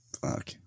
Fuck